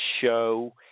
show